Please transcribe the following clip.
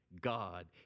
God